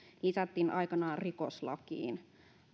lisättiin aikanaan rikoslakiin